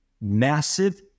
massive